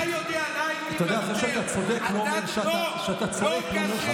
אתה יודע, כשאתה צועק, לא אומר שאתה צודק.